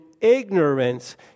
ignorance